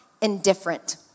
indifferent